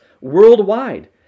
worldwide